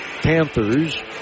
Panthers